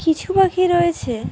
কিছু পাখি রয়েছে